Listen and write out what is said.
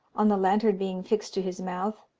on the lantern being fixed to his mouth,